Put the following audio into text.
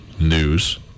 news